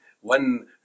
one